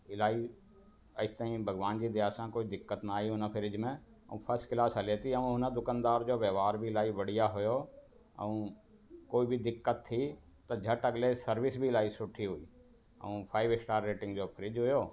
इलाही अॼु ताईं भॻवान जी दया सां कोई दिक़त न आई उन फ्रिज में ऐं फस क्लास हले थी ऐं उन दुकनदार जो व्यवहार बि इलाही बढ़िया हुयो ऐं कोई बि दिक़त थी त झटि अगले सर्विस बि इलाही सुठी हुई ऐं फ़ाइव स्टार रेटिंग जो फ्रिज हुयो